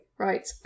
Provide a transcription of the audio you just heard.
Right